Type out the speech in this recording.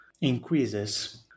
increases